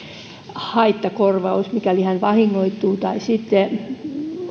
haittakorvaus mikäli hän vahingoittuu tai sitten